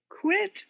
Quit